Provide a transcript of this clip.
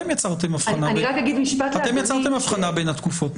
אתם יצרתם הבחנה בין התקופות,